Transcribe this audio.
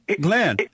Glenn